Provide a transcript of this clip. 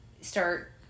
start